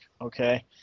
okay